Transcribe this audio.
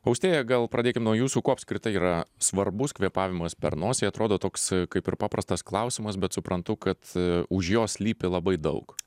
austėja gal pradėkim nuo jūsų kuo apskritai yra svarbus kvėpavimas per nosį atrodo toks kaip ir paprastas klausimas bet suprantu kad už jo slypi labai daug